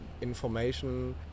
information